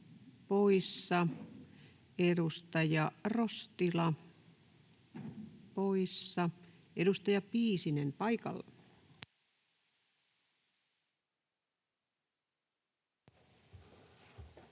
poissa, edustaja Rostila poissa. — Edustaja Piisinen paikalla.